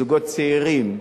זוגות צעירים,